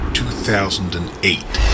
2008